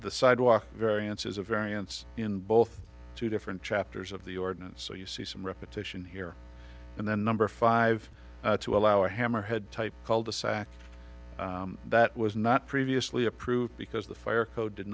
the sidewalk variance is a variance in both two different chapters of the ordinance so you see some repetition here and then number five to allow a hammerhead type called a sack that was not previously approved because the fire code did